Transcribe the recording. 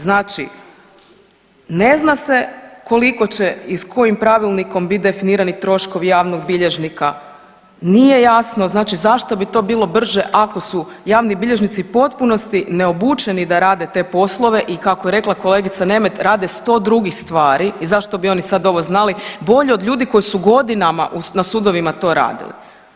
Znači, ne zna se koliko će i s kojim pravilnikom bit definirani troškovi javnog bilježnika, nije jasno znači zašto bi to bilo brže ako su javni bilježnici u potpunosti neobučeni da rade te poslove i kako je rekla kolegica Nemet, rade 100 drugih stvari i zašto bi oni sad ovo znali bolje od ljudi koji su godinama na sudovima to radili.